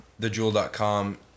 thejewel.com